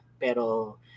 pero